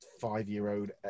five-year-old